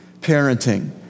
parenting